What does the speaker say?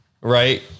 right